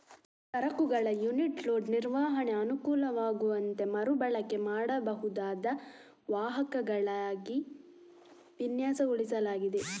ಸರಕುಗಳ unit load ನಿರ್ವಹಣೆಗೆ ಅನುಕೂಲವಾಗುವಂತೆ ಮರು ಬಳಕೆ ಮಾಡಬಹುದಾದ ವಾಹಕಗಳಾಗಿ ವಿನ್ಯಾಸಗೊಳಿಸಲಾಗಿದೆ